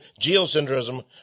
geocentrism